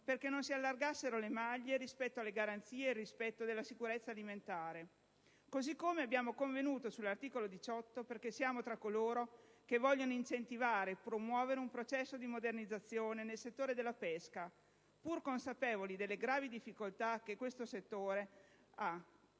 perché non si allargassero le maglie relative alle garanzie e al rispetto della sicurezza alimentare. Così come abbiamo convenuto sull'articolo 18, perché siamo tra coloro che vogliono incentivare e promuovere un processo di modernizzazione nel settore della pesca, pur consapevoli delle gravi difficoltà che questa